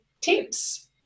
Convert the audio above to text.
tips